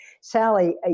Sally